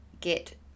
get